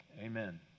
Amen